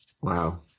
wow